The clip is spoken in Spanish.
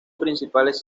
principales